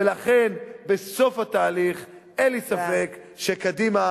ולכן בסוף התהליך אין לי ספק שקדימה